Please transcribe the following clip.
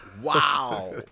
Wow